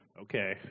Okay